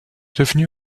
devenu